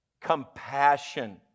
Compassion